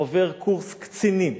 עובר קורס קצינים.